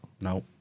No